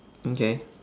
okay